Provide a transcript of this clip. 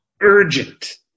urgent